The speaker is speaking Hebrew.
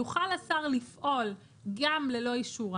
יוכל השר לפעול גם ללא אישורה,